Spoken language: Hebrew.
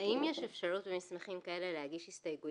האם יש אפשרות במסמכים כאלה להגיש הסתייגויות